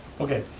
okay,